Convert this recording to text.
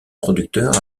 producteur